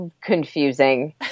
confusing